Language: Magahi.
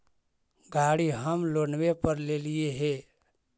गाड़ी हम लोनवे पर लेलिऐ हे?